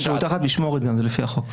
כן, גם תחת משמורת זה לפי החוק.